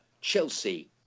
Chelsea